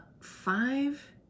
five